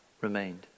remained